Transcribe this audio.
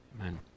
Amen